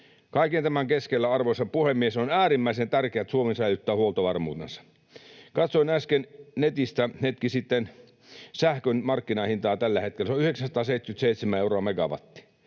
Kaiken tämän keskellä, arvoisa puhemies, on äärimmäisen tärkeää, että Suomi säilyttää huoltovarmuutensa. Katsoin äsken netistä, hetki sitten, sähkön markkinahintaa tällä hetkellä. Se on 977 euroa megawattitunti.